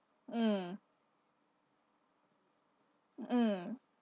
mm mm